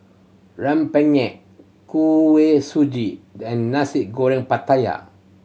rempeyek Kuih Suji and Nasi Goreng Pattaya